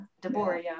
Deborah